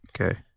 Okay